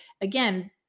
again